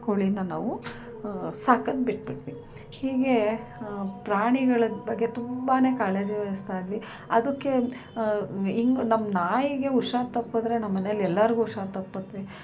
ಕೋಳಿ ನಾವು ಸಾಕೋದ್ ಬಿಟ್ಟುಬಿಟ್ವಿ ಹೀಗೆ ಪ್ರಾಣಿಗಳ ಬಗ್ಗೆ ತುಂಬಾ ಕಾಳಜಿ ವಹಿಸ್ತಾಯಿದ್ವಿ ಅದಕ್ಕೆ ಹಿಂಗ್ ನಮ್ಮ ನಾಯಿಗೆ ಹುಷಾರ್ ತಪ್ಪಿದ್ರೆ ನಮ್ಮ ಮನೆಯಲ್ ಎಲ್ಲರಿಗೂ ಹುಷಾರು ತಪ್ಪುತ್ವಿ